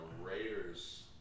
Raiders